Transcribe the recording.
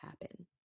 happen